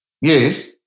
Yes